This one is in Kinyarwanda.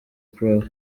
prof